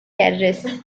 terrorists